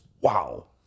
wow